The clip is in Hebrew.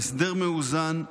להסדר מאוזן,